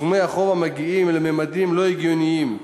סכומי החוב מגיעים לממדים לא הגיוניים,